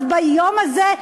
אז ביום הזה,